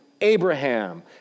Abraham